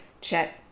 check